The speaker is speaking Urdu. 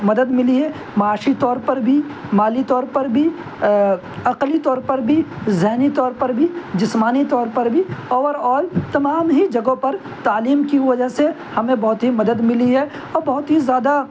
مدد ملی ہے معاشی طور پر بھی مالی طور پر بھی عقلی طور پر بھی ذہنی طور پر بھی جسمانی طور پر بھی اورآل تمام ہی جگہوں پر تعلیم کی وجہ سے ہمیں بہت ہی مدد ملی ہے اور بہت ہی زیادہ